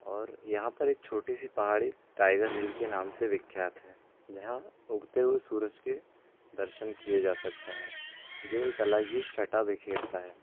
और यहाँ पर एक छोटी सी पहाड़ी टाइगर हिल के नाम से विख्यात है जहाँ उगते हुए सूरज के दर्शन किए जा सकते हैं जो एक अलग ही छटा बिखेरता है